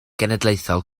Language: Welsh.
genedlaethol